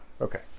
Okay